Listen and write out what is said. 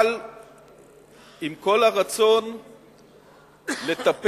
אבל עם כל הרצון לטפל